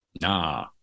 nah